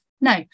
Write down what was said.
no